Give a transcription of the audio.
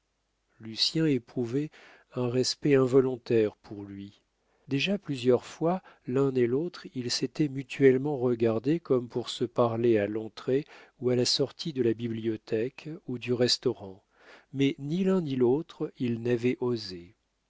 lucien éprouvait un respect involontaire pour lui déjà plusieurs fois l'un et l'autre ils s'étaient mutuellement regardés comme pour se parler à l'entrée ou à la sortie de la bibliothèque ou du restaurant mais ni l'un ni l'autre ils n'avaient osé